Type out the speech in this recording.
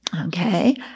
Okay